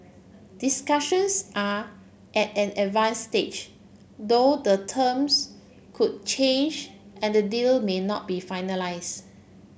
discussions are at an advance stage though the terms could change and the deal may not be finalise